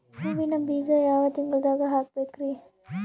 ಹೂವಿನ ಬೀಜ ಯಾವ ತಿಂಗಳ್ದಾಗ್ ಹಾಕ್ಬೇಕರಿ?